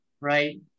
right